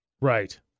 Right